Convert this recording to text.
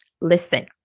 Listen